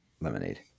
lemonade